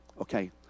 Okay